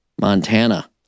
Montana